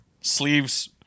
sleeves